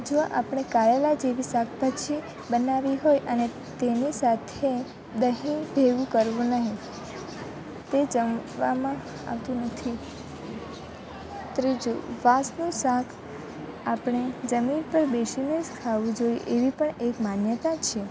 જો આપણે કારેલાં જેવી શાકભાજી બનાવવી હોય અને તેની સાથે દહીં ભેગું કરવું નહીં તે જમવામાં આવતું નથી ત્રીજું વાંસનું શાક આપણે જમીન પર બેસીને જ ખાવું જોઈએ એવી પણ એક માન્યતા છે